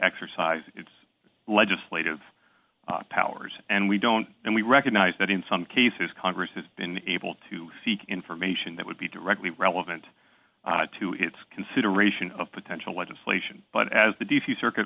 exercise its legislative powers and we don't and we recognize that in some cases congress has been able to seek information that would be directly relevant to its consideration of potential legislation but as the diffuse circuit